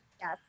Yes